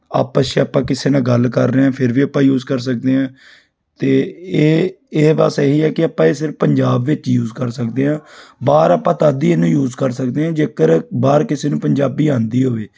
ਆਪਸ 'ਚ ਆਪਾਂ ਕਿਸੇ ਨਾਲ ਗੱਲ ਕਰ ਰਹੇ ਹਾਂ ਫਿਰ ਵੀ ਆਪਾਂ ਯੂਸ ਕਰ ਸਕਦੇ ਹਾਂ ਅਤੇ ਇਹ ਇਹ ਬਸ ਇਹੀ ਹੈ ਕਿ ਆਪਾਂ ਇਹ ਸਿਰਫ ਪੰਜਾਬ ਵਿੱਚ ਯੂਜ ਕਰ ਸਕਦੇ ਹਾਂ ਬਾਹਰ ਆਪਾਂ ਤੱਦ ਹੀ ਇਹਨੂੰ ਯੂਸ ਕਰ ਸਕਦੇ ਹਾਂ ਜੇਕਰ ਬਾਹਰ ਕਿਸੇ ਨੂੰ ਪੰਜਾਬੀ ਆਉਂਦੀ ਹੋਵੇ